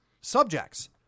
subjects